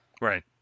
Right